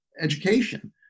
education